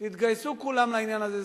תתגייסו כולם לעניין הזה.